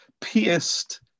pierced